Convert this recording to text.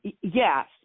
Yes